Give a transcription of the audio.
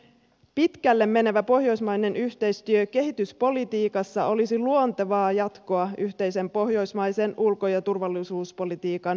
pitkälle menevä pohjoismainen yhteistyö kehityspolitiikassa olisi luontevaa jatkoa yhteisen pohjoismaisen ulko ja turvallisuuspolitiikan syventämiselle